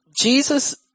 Jesus